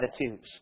attitudes